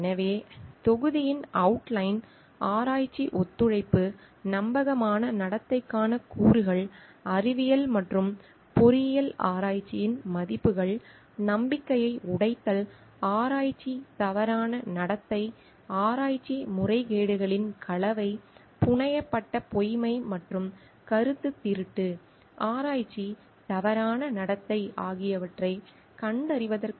எனவே தொகுதியின் அவுட்லைன் ஆராய்ச்சி ஒத்துழைப்பு நம்பகமான நடத்தைக்கான கூறுகள் அறிவியல் மற்றும் பொறியியல் ஆராய்ச்சியின் மதிப்புகள் நம்பிக்கையை உடைத்தல் ஆராய்ச்சி தவறான நடத்தை ஆராய்ச்சி முறைகேடுகளின் கலவை புனையப்பட்ட பொய்மை மற்றும் கருத்துத் திருட்டு ஆராய்ச்சி தவறான நடத்தை ஆகியவற்றைக் கண்டறிவதற்கான ஒரு மூலப்பொருளாக இருக்கும்